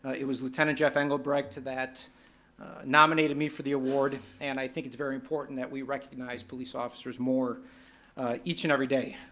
it was lieutenant jeff engelbrecht that nominated me for the award, and i think it's very important that we recognize police officers more each and every day,